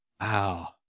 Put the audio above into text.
Wow